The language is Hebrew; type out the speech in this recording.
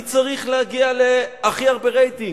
אני צריך להגיע להכי הרבה רייטינג.